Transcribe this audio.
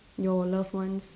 your loved ones